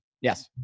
Yes